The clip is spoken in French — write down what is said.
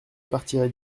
partirai